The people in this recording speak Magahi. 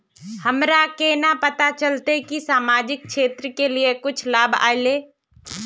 हमरा केना पता चलते की सामाजिक क्षेत्र के लिए कुछ लाभ आयले?